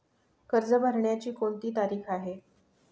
कर्ज भरण्याची कोणती तारीख आहे?